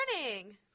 morning